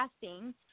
casting